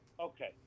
Okay